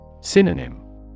Synonym